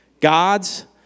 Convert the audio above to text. God's